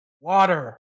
water